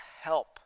help